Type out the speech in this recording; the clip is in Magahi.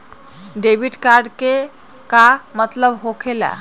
डेबिट कार्ड के का मतलब होकेला?